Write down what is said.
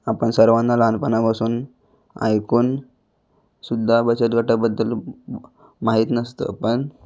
आपण सर्वाना लहानपणापासून ऐकून सुद्धा बचत गटाबद्दल माहीत नसतं पण